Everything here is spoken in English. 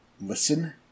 listen